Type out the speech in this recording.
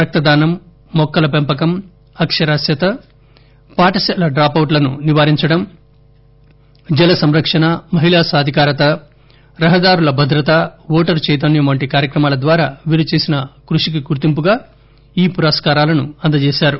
రక్తదానం మొక్కల పెంపకం అక్షరాస్యత పాఠశాల డ్రాపవుట్ లను నివారించటం జలసంరక్షణ మహిళా సాధికారత రహదారుల భద్రత ఓటరు చైతన్యం వంటి కార్యక్రమాల ద్వారా వీరు చేసిన కృషికి గుర్తింపుగా ఈ పురస్కారాలను అందజేశారు